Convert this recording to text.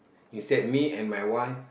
you said me and my wife